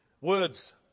Words